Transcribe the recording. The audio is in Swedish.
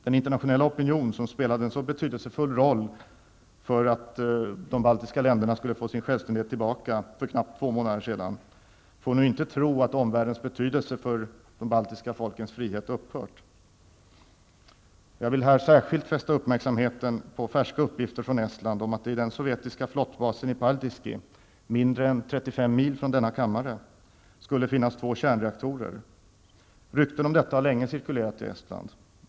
Den internationella opinion som spelade en så betydelsefull roll för att de baltiska länderna skulle få sin självständighet tillbaka för knappt två månader sedan får nu inte tro att omvärldens betydelse för de baltiska folkens frihet upphört. Jag vill här särskilt fästa uppmärksamheten på färska uppgifter från Estland om att det i den sovjetiska flottbasen i Paldiski -- mindre än 35 mil från denna kammare -- skulle finnas i två kärnreaktorer. Rykten om detta har länge cirkulerat i Estland.